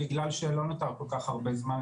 בגלל שלא נותר כל כך הרבה זמן,